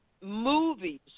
Movies